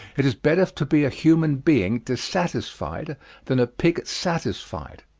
it is better to be a human being dissatisfied than a pig satisfied,